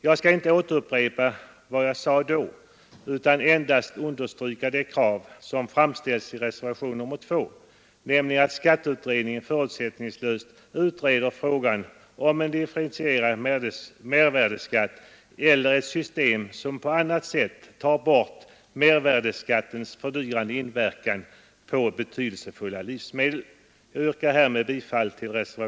Jag skall inte återupprepa vad jag då sade utan endast understryka det krav som framställs i reservationen 2, nämligen att skatteutredningen förutsättningslöst utreder frågan om en differentierad mervärdeskatt eller ett system som på annat sätt tar bort mervärdeskattens fördyrande inverkan på betydelsefulla livsmedel.